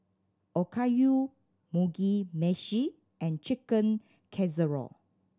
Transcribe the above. Okayu Mugi Meshi and Chicken Casserole